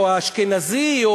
או אשכנזי,